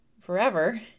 forever